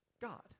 God